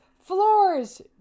floors